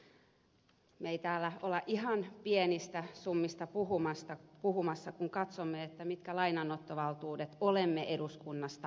me emme täällä ole ihan pienistä summista puhumassa kun katsomme mitkä lainanottovaltuudet olemme eduskunnasta antaneet